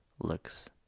looks